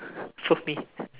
for me